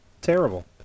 Terrible